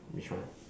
which one